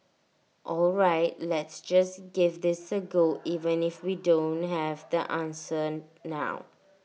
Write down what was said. all right let's just give this A go even if we don't have the answer now